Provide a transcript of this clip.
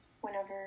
whenever